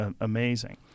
amazing